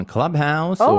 Clubhouse